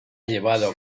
llevado